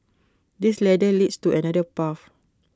this ladder leads to another path